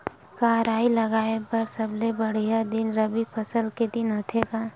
का राई लगाय बर सबले बढ़िया दिन रबी फसल के दिन होथे का?